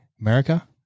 America